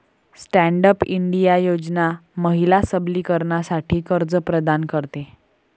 stand up India योजना महिला सबलीकरणासाठी कर्ज प्रदान करते